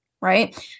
right